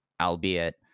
albeit